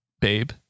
babe